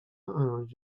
els